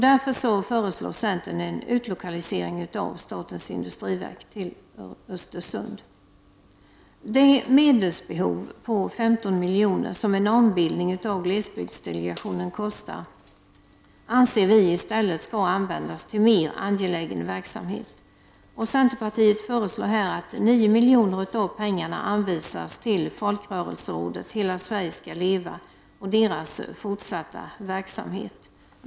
Därför föreslår centern en utlokalisering av statens industriverk till Östersund. Det medelsbehov på 15 milj.kr. som en ombildning av glesbygdsdelegationen medför skall, anser vi, i stället användas till mer angelägen verksamhet. Centerpartiet föreslår att 9 miljoner av pengarna anvisas till Folkrörelserådet Hela Sverige skall leva och dess fortsatta verksamhet.